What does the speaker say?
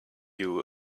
you